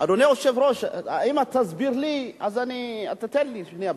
אדוני היושב-ראש, אם תסביר לי, אז, תן לי, שנייה.